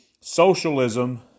socialism